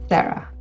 Sarah